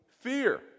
fear